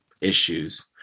issues